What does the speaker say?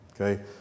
okay